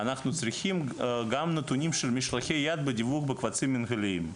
אנחנו צריכים גם נתונים של משלחי יד בדבוב בקבצים מנהליים.